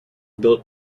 built